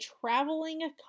traveling